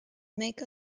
make